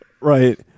Right